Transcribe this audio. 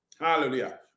Hallelujah